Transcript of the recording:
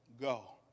go